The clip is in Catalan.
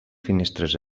finestres